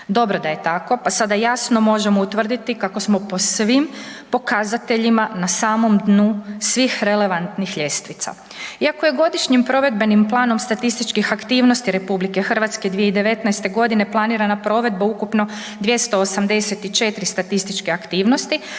Dobro da je tako, pa sada jasno možemo utvrditi kako smo po svim pokazateljima na samom dnu svih relevantnih ljestvica. Iako je Godišnjim provedbenim planom statističkih aktivnosti RH 2019.g. planirana provedba ukupno 284 statističke aktivnosti,